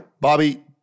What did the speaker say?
Bobby